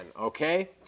okay